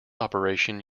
operation